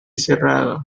cerrado